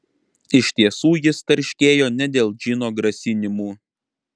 iš tiesų jis tarškėjo ne dėl džino grasinimų